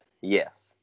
yes